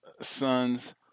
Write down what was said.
sons